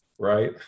right